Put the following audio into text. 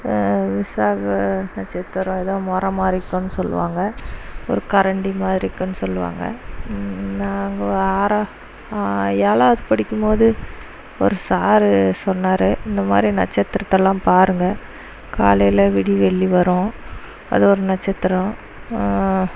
விசாக நட்சத்திரம் ஏதோ முறை மாதிரிக்குன்னு சொல்லுவாங்க ஒரு கரண்டி மாதிரி இருக்குன்னு சொல்லுவாங்க நாங்கள் ஆறா ஏழாவது படிக்கும்போது ஒரு சாரு சொன்னார் இந்த மாதிரி நட்சத்திரத்தெல்லாம் பாருங்கள் காலையில் விடிவெள்ளி வரும் அது ஒரு நட்சத்திரம்